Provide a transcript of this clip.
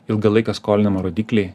ilgą laiką skolinimo rodikliai